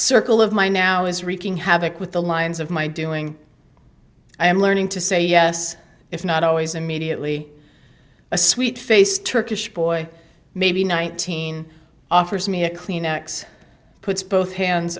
circle of my now is wreaking havoc with the lines of my doing i am learning to say yes if not always immediately a sweet faced turkish boy maybe nineteen offers me a kleenex puts both hands